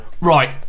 right